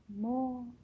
more